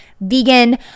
vegan